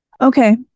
Okay